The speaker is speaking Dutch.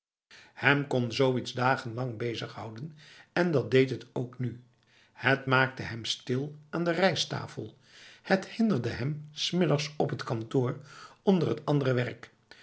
hem kon zoiets dagenlang bezighouden en dat deed het ook nu het maakte hem stil aan de rijsttafel het hinderde hem s middags op t kantoor onder het andere werk